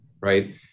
right